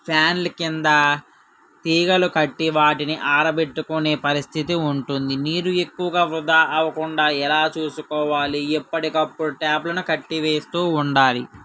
ఫ్యానుల కింద తీగలు కట్టి వాటిని ఆర బెట్టుకునే పరిస్థితి వుంటుంది నీరు ఎక్కువ వృధా అవ్వకుండా ఎలా చూసుకోవాలి ఎప్పటికప్పుడు ట్యాప్లను కట్టివేస్తూ వుండాలి